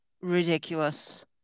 ridiculous